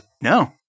No